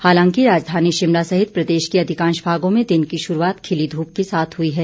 हालांकि राजधानी शिमला सहित प्रदेश के अधिकांश भागों में दिन की शुरुआत खिली धूप के साथ हुई है